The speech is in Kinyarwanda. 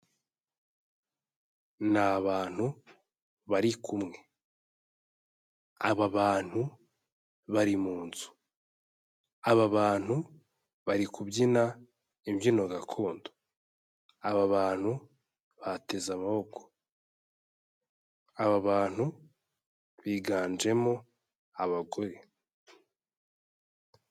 Ni abantu bari kumwe, aba bantu bari muzu, aba bantu bari kubyina imbyino gakondo, aba bantu bateze amaboko, aba bantu biganjemo abagore.